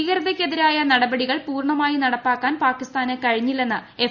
ഭീകരതയ്ക്കെതിരായ നടപടികൾ പൂർണമായി നടപ്പാക്കാൻ പാകിസ്ഥാന് കഴിഞ്ഞില്ലെന്ന് എഫ്